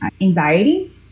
anxiety